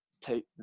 take